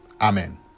Amen